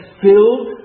filled